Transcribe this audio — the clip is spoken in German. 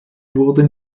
wurden